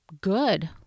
good